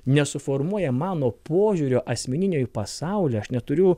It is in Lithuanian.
nesuformuoja mano požiūrio asmeninio į pasaulį aš neturiu